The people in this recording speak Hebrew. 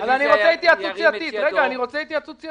אני רוצה התייעצות סיעתית.